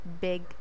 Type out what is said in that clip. big